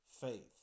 faith